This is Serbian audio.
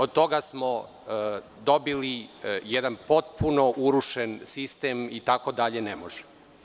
Od toga smo dobili potpuno urušen sistem i tako dalje ne može.